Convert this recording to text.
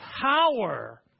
power